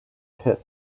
pit